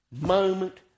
moment